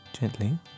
gently